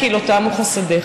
כי לא תמו חסדיך.